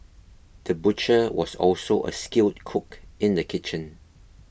the butcher was also a skilled cook in the kitchen